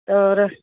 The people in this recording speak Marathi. तर